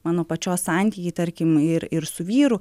mano pačios santykiai tarkim ir ir su vyru